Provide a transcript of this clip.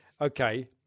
okay